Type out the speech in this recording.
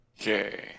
Okay